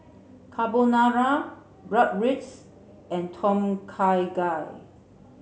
Carbonara Bratwurst and Tom Kha Gai